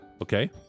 Okay